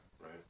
right